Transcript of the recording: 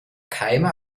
keime